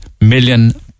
million